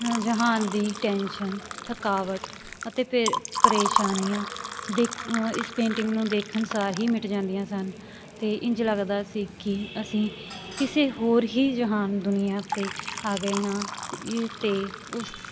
ਜਹਾਨ ਦੀ ਟੈਂਸ਼ਨ ਥਕਾਵਟ ਅਤੇ ਪੇ ਪਰੇਸ਼ਾਨੀਆਂ ਦੇਖ ਇਸ ਪੇਂਟਿੰਗ ਨੂੰ ਦੇਖਣ ਸਾਰ ਹੀ ਮਿਟ ਜਾਂਦੀਆਂ ਸਨ ਅਤੇ ਇੰਝ ਲੱਗਦਾ ਸੀ ਕਿ ਅਸੀਂ ਕਿਸੇ ਹੋਰ ਹੀ ਜਹਾਨ ਦੁਨੀਆਂ 'ਤੇ ਆ ਗਏ ਹਾਂ ਇਹ ਅਤੇ ਉਸ